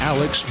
Alex